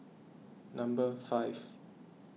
number five